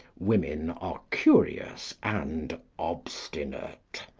women are curious and obstinate.